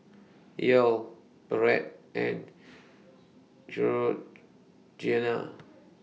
Yael Brett and Georganna